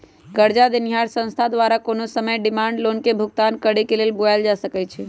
करजा देनिहार संस्था द्वारा कोनो समय डिमांड लोन के भुगतान करेक लेल बोलायल जा सकइ छइ